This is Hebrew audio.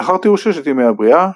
לאחר תיאור ששת ימי הבריאה,